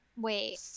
Wait